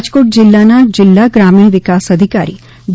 રાજકોટ જિલ્લાના જિલ્લા ગ્રામીણ વિકાસ અધિકારી જે